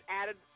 added